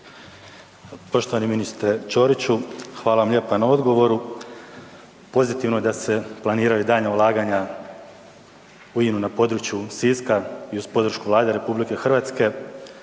Poštovani ministre Ćoriću, hvala vam lijepa na odgovoru. Pozitivno je da se planiraju daljnja ulaganja u INA-u na području Siska i uz podršku Vlade RH, no moram